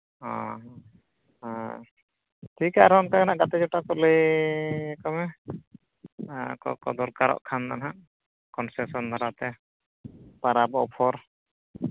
ᱦᱳᱭ ᱦᱳᱭ ᱴᱷᱤᱠᱟ ᱟᱨ ᱦᱚᱸ ᱚᱱᱠᱟ ᱜᱮ ᱱᱟᱦᱟᱜ ᱜᱟᱛᱮ ᱡᱚᱴᱟᱣ ᱠᱚ ᱞᱟᱹᱭ ᱟᱠᱚ ᱢᱮ ᱠᱚ ᱠᱚᱭ ᱠᱚ ᱠᱚ ᱫᱚᱨᱠᱟᱨᱚᱜ ᱠᱷᱟ